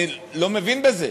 אני לא מבין בזה.